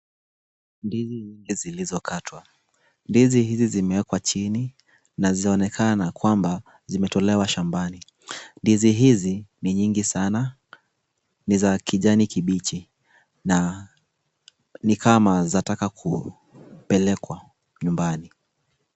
Ndizi nyingi zilizokatwa. Ndizi hizi zimewekwa chini na zinaonekana kwamba, zimetolewa shambani. Ndizi hizi ni nyingi sana. Ni za kijani kibichi na ni kama zataka kupelekwa nyumbani.